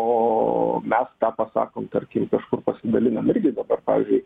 o mes tą pasakom tarkim kažkur pasidalinam irgi dabar pavyzdžiui